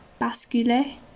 Basculer